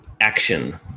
action